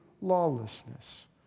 lawlessness